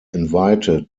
invited